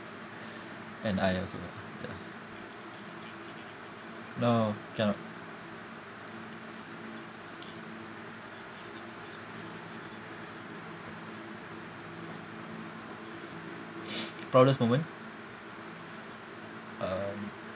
and I also yeah no cannot proudest moment uh